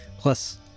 Plus